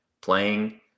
Playing